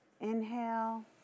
inhale